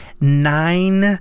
nine